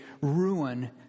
ruin